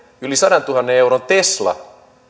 yli sadantuhannen euron tesla